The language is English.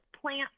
plant